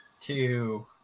two